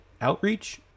outreach